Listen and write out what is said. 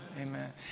amen